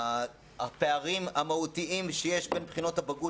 הפערים המהותיים שיש בין בחינות הבגרות